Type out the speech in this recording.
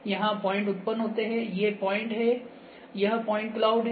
यहाँ पॉइंट उत्पन्न होते हैं ये पॉइंट हैं यह पॉइंट क्लाउड है